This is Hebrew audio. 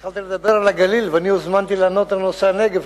התחלת לדבר על הגליל ואני הוזמנתי לענות על נושא הנגב.